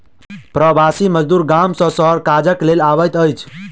प्रवासी मजदूर गाम सॅ शहर काजक लेल अबैत अछि